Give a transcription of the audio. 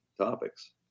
topics